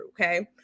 Okay